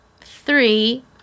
three